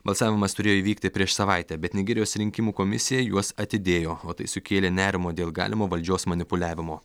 balsavimas turėjo įvykti prieš savaitę bet nigerijos rinkimų komisija juos atidėjo o tai sukėlė nerimo dėl galimo valdžios manipuliavimo